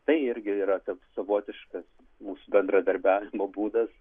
tai irgi yra savotiškas mūsų bendradarbiavimo būdas